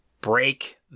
break